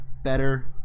better